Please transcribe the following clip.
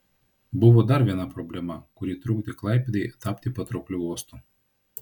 buvo dar viena problema kuri trukdė klaipėdai tapti patraukliu uostu